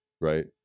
right